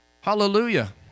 Hallelujah